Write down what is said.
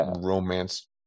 romance